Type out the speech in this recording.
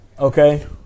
okay